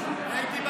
לא שמעתי אותם.